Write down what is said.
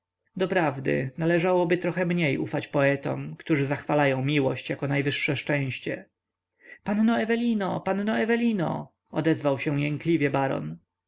doprawdy należałoby trochę mniej ufać poetom kiedy zachwalają miłość jako najwyższe szczęście panno ewelino panno ewelino odzywał się jękliwie baron